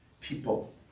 People